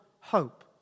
hope